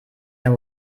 mehr